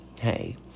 Hey